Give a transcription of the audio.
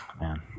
man